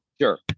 sure